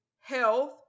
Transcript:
health